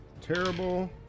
terrible